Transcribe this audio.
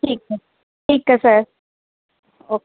ਠੀਕ ਹੈ ਠੀਕ ਹੈ ਸਰ ਓਕੇ